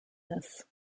this